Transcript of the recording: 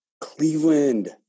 Cleveland